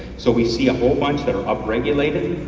so we see a whole bunch that up-regulated,